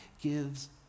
gives